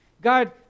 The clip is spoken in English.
God